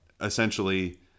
essentially